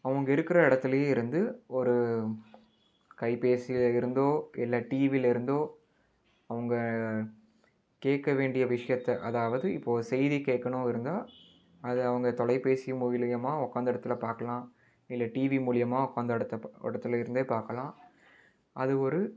அவங்க இருக்கிற இடத்துலையே இருந்து ஒரு கைபேசியில் இருந்தோ இல்லை டிவியில் இருந்தோ அவங்க கேட்க வேண்டிய விஷயத்தை அதாவது இப்போது செய்தி கேட்கணும் இருந்தால் அது அவங்க தொலைபேசி மூலயமா உக்காந்த இடத்துல பார்க்கலாம் இல்லை டிவி மூலயமா உக்காந்த இடத்தப் இடத்துல இருந்தே பார்க்கலாம் அது ஒரு